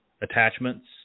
attachments